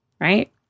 Right